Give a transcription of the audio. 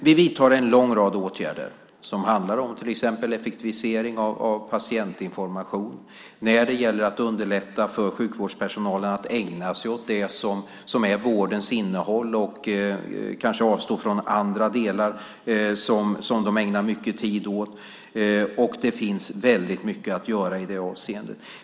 Vi vidtar en lång rad åtgärder som handlar om till exempel effektivisering av patientinformation och när det gäller att underlätta för sjukvårdspersonalen att ägna sig åt det som är vårdens innehåll och kanske avstå från andra delar som man ägnar mycket tid åt. Det finns väldigt mycket att göra i det avseendet.